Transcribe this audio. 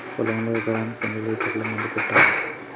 పొలంలో ఎకరాకి ఎన్ని లీటర్స్ మందు కొట్టాలి?